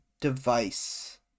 device